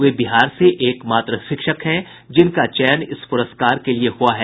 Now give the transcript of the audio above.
वे बिहार से एक मात्र शिक्षक हैं जिनका चयन इस पुरस्कार के लिए हुआ है